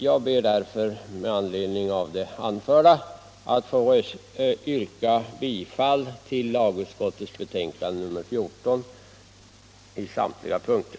Jag ber, herr talman, att med anledning av det anförda få yrka bifall till lagutskottets hemställan i betänkandet 14 på samtliga punkter.